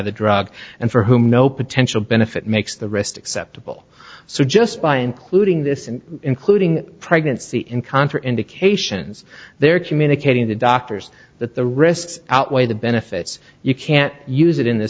the drug and for whom no potential benefit makes the rest acceptable so just by including this in including pregnancy in contra indications they're communicating to doctors that the risks outweigh the benefits you can't use it in th